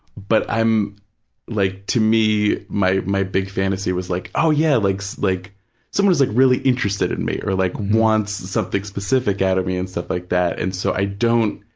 but i'm like, to me, my my big fantasy was like, oh, yeah, like so like someone is like really interested in me or like wants something specific out of me and stuff like that, and so i don't